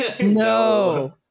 No